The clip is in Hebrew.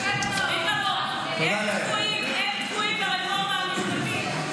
הם תקועים ברפורמה המשפטית,